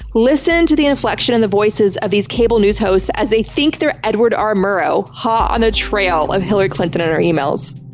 listen to the inflection in the voices of these cable news hosts as they think they're edward r. murrow hot on the trail of hillary clinton and her emails.